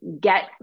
get